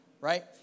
Right